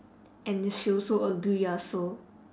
and she also agree ah so